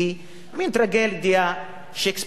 מין טרגדיה שייקספיריאנית.